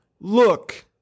Look